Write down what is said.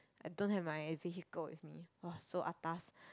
I don't have my vehicle with me !wah! so atas